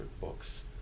books